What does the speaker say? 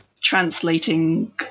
translating